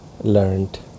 learned